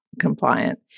compliant